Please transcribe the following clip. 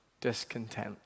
discontent